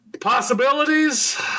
possibilities